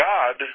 God